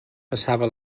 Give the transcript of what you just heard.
passava